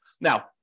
Now